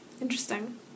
Interesting